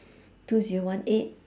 two zero one eight